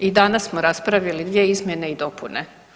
I danas smo raspravili dvije izmjene i dopune.